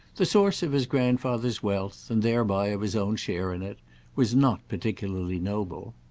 the source of his grandfather's wealth and thereby of his own share in it was not particularly noble.